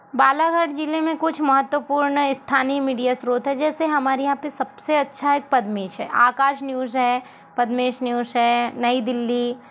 बालाघाट जिले में कुछ महतवपूर्ण स्थानीय मिडिया स्रोत है जैसे हमारे यहाँ पे सबसे अच्छा एक पदमेश है आकाश न्यूज है पदमेश न्यूश है नई दिल्ली